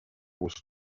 was